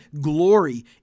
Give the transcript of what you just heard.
glory